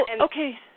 okay